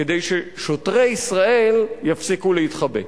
כדי ששוטרי ישראל יפסיקו להתחבא.